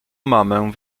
mamę